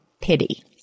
pity